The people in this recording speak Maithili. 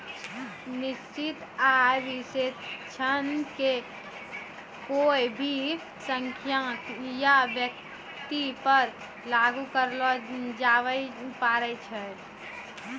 निश्चित आय विश्लेषण के कोय भी संख्या या व्यक्ति पर लागू करलो जाबै पारै छै